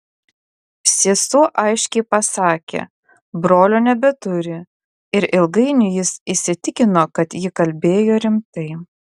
sesuo aiškiai pasakė brolio nebeturi ir ilgainiui jis įsitikino kad ji kalbėjo rimtai